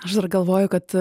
aš dar galvoju kad